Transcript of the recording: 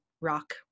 rock